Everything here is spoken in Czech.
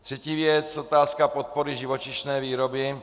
Třetí věc otázka podpory živočišné výroby.